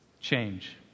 change